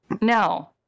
No